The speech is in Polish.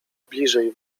bliżej